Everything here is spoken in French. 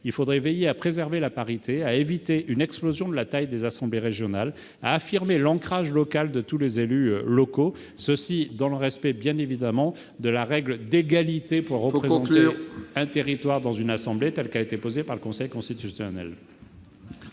il faudrait veiller à préserver la parité, à éviter une explosion de la taille des assemblées régionales, à affirmer l'ancrage local de tous les élus locaux, ... Il faut conclure !... et ce dans le respect de la règle d'égalité pour représenter un territoire dans une assemblée, qu'a posée le Conseil constitutionnel.